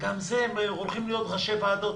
הם הולכים להיות ראשי ועדות,